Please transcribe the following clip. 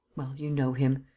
you know him.